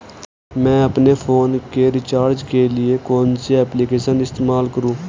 मैं अपने फोन के रिचार्ज के लिए कौन सी एप्लिकेशन इस्तेमाल करूँ?